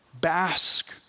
Bask